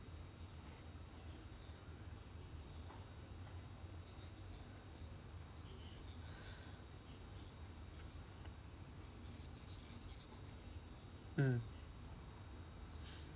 mm